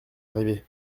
arrivée